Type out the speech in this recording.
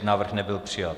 Návrh nebyl přijat.